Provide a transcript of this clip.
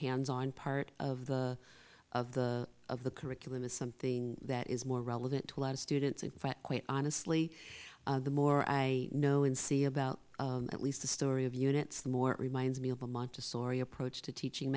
hands on part of the of the of the curriculum is something that is more relevant to a lot of students in fact quite honestly the more i know and see about at least the story of units the more reminds me of a montessori approach to teaching